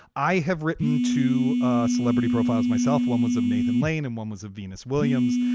i have written two ah celebrity profiles myself. one was of nathan lane and one was of venus williams.